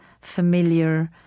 familiar